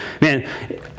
Man